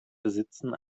besitzen